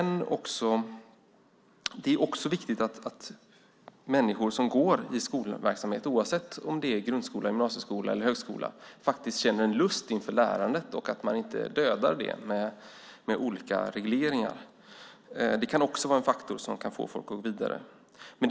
Det är viktigt att människor som går i skolan, oavsett om det är grundskola, gymnasieskola eller högskola, känner lust inför lärandet och att den lusten inte dödas genom olika regleringar. Också lusten att lära kan vara en faktor som får folk att gå vidare.